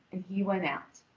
and he went out.